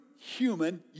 human